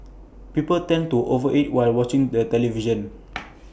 people tend to over eat while watching the television